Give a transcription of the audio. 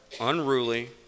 unruly